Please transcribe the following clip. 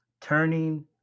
turning